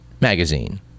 Magazine